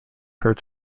heard